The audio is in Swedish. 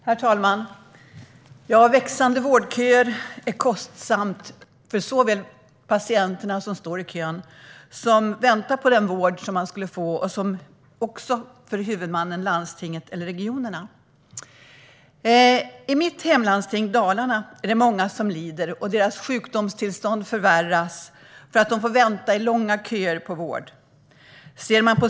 Herr talman! Växande vårdköer är kostsamt såväl för de patienter som står i kön och väntar på den vård de ska få som för huvudmannen, det vill säga landstingen eller regionerna. I mitt hemlandsting Dalarna är det många som lider. Deras sjukdomstillstånd förvärras därför att de får vänta i långa köer på vård.